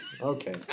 Okay